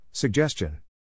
Suggestion